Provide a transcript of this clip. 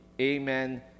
amen